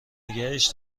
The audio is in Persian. نگهش